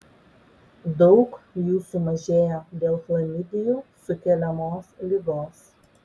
daug jų sumažėjo dėl chlamidijų sukeliamos ligos